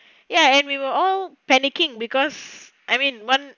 ya and we were all panicking because I mean one